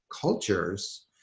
cultures